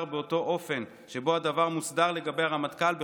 באותו אופן שבו הדבר מוסדר לגבי הרמטכ"ל בחוק-יסוד: